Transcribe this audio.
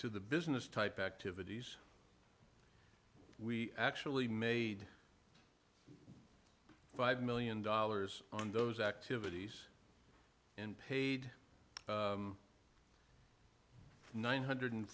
to the business type activities we actually made five million dollars on those activities and paid nine hundred